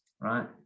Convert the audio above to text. right